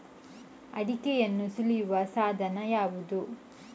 ಅಡಿಕೆಯನ್ನು ಸುಲಿಯುವ ಸಾಧನ ಯಾವುದು?